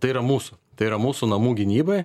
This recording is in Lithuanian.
tai yra mūsų tai yra mūsų namų gynybai